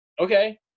Okay